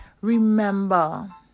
Remember